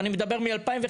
אני מדבר מ-2015